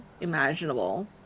imaginable